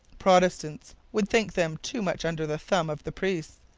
protestants would think them too much under the thumb of the priests.